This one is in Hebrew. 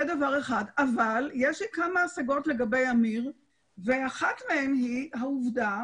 יש לי כמה השגות לגבי אמיר ואחת מהן היא העובדה